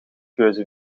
keuze